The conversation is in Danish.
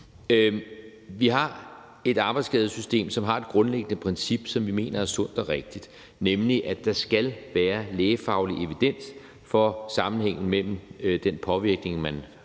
vi har et arbejdsskadesystem, som har et grundlæggende princip, som vi mener er sundt og rigtigt, nemlig at der skal være lægefaglig evidens for sammenhængen mellem den påvirkning, man bliver